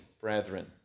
brethren